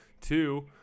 two